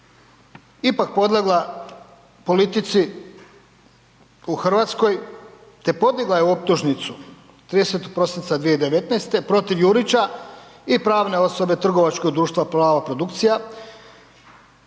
ipak podlegla politici u Hrvatskoj te podigla je optužnicu 30. prosinca 2019. protiv Jurića i pravne osobe trgovačkog društva Plava produkcija.